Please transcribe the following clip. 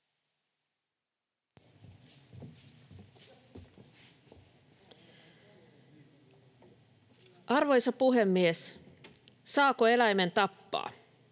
Arvoisa puhemies! Saako eläimen tappaa?